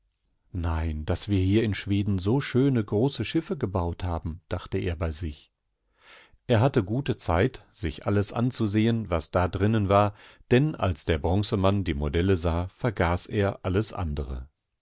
nein daß wir hier in schweden so schöne große schiffe gebaut haben dachteerbeisich er hatte gute zeit sich alles anzusehen was da drinnen war denn als der bronzemann die modelle sah vergaß er alles andere